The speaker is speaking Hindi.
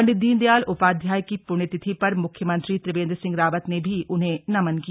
पंडित दीनदयाल उपाध्याय की पृण्यतिथि पर मुख्यमंत्री त्रिवेंद्र सिंह रावत ने भी उन्हें नमन किया